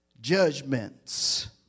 judgments